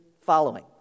following